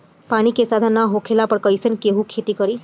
पानी के साधन ना होखला पर कईसे केहू खेती करी